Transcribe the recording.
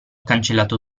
cancellato